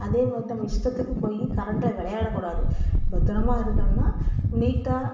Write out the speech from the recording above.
அதே மாதிரி தான் நம்ம இஷ்டத்துக்குத் போய் கரண்டில் விளையாடக் கூடாது பத்திரமா இருக்கணுன்னால் நீட்டாக